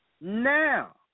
Now